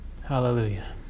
Hallelujah